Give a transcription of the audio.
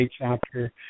chapter